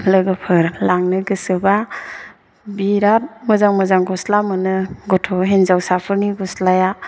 लोगोफोर लांनो गोसोबा बिराथ मोजां मोजां गस्ला मोनो गथ' हिन्जावसाफोरनि गस्लाया